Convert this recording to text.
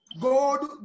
God